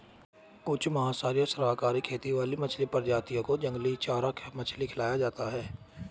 कुछ मांसाहारी और सर्वाहारी खेती वाली मछली प्रजातियों को जंगली चारा मछली खिलाया जाता है